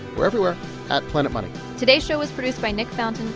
we're everywhere at planetmoney today's show was produced by nick fountain,